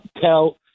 tell